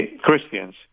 christians